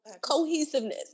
cohesiveness